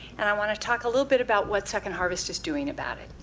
and i want to talk a little bit about what second harvest is doing about it,